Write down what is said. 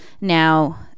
Now